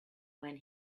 when